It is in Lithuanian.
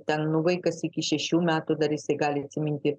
ten vaikas iki šešių metų darysi gali atsiminti